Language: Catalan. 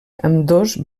ambdós